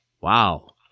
Wow